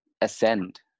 ascend